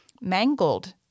mangled